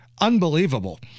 Unbelievable